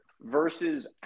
versus